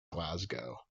glasgow